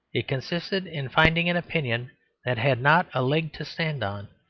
it consisted in finding an opinion that had not a leg to stand on,